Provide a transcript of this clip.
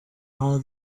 all